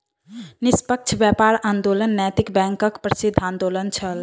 निष्पक्ष व्यापार आंदोलन नैतिक बैंकक प्रसिद्ध आंदोलन छल